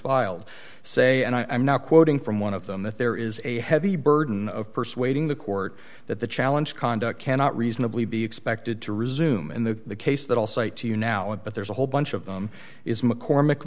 filed say and i'm now quoting from one of them that there is a heavy burden of persuading the court that the challenge conduct cannot reasonably be expected to resume in the case that i'll say to you now it but there's a whole bunch of them is mccormick